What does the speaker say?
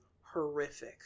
horrific